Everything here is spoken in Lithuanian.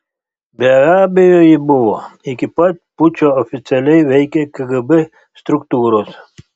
be abejo ji buvo iki pat pučo oficialiai veikė kgb struktūros